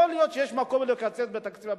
יכול להיות שיש מקום לקצץ בתקציב הביטחון,